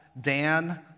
Dan